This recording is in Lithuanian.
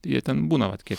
jie ten būna vat kiek